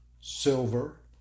silver